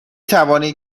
توانید